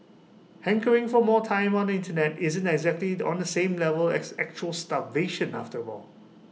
hankering for more time on the Internet isn't exactly on the same level as actual starvation after all